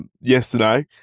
yesterday